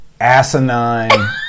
asinine